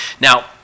Now